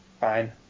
Fine